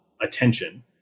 attention